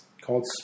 called